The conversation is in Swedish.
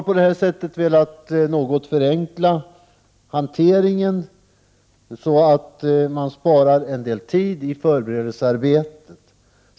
På det här sättet har hanteringen förenklats, så att man under förberedelsearbetet sparar en del tid.